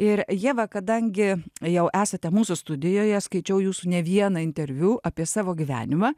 ir ieva kadangi jau esate mūsų studijoje skaičiau jūsų ne vieną interviu apie savo gyvenimą